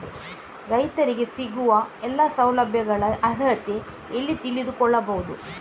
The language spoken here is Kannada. ರೈತರಿಗೆ ಸಿಗುವ ಎಲ್ಲಾ ಸೌಲಭ್ಯಗಳ ಅರ್ಹತೆ ಎಲ್ಲಿ ತಿಳಿದುಕೊಳ್ಳಬಹುದು?